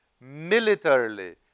militarily